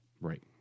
Right